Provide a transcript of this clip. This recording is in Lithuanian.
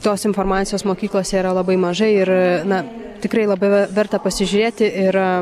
tos informacijos mokyklose yra labai mažai ir na tikrai labai verta pasižiūrėti ir